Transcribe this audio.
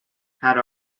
had